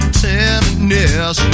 tenderness